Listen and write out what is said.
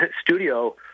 studio